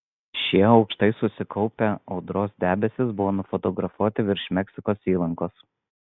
šie aukštai susikaupę audros debesys buvo nufotografuoti virš meksikos įlankos